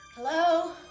Hello